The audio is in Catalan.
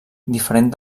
diferent